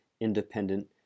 independent